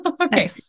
okay